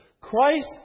Christ